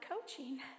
coaching